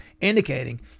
indicating